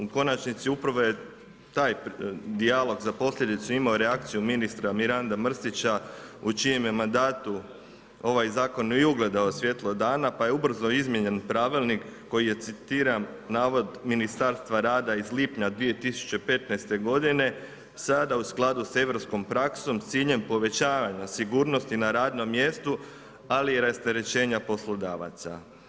U konačnici upravo je taj dijalog za posljedicu imao reakciju ministra Miranda Mrsića, u čijem je mandatu ovaj zakon i ugledao svjetlo dana, pa je ubrzo izmijenjen pravilnika, koji je citiram, navod Ministarstva rada iz lipnja 2015. g. sada u skladu s europskom praksom, s ciljem povećavanja sigurnosti na radnom mjestu, ali i rasterećenja poslodavaca.